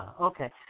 okay